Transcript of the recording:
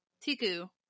Tiku